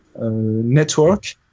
network